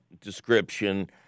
description